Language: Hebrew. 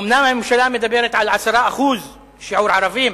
אומנם, הממשלה מדברת על 10% שיעור ערבים